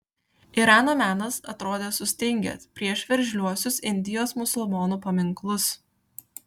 irano menas atrodė sustingęs prieš veržliuosius indijos musulmonų paminklus